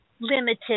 limited